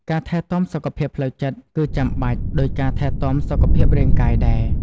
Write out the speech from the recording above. ការថែទាំសុខភាពផ្លូវចិត្តគឺចាំបាច់ដូចការថែទាំសុខភាពរាងកាយដែរ។